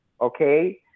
okay